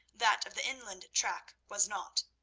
that of the inland track was not.